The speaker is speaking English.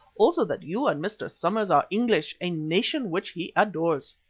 also that you and mr. somers are english, a nation which he adores.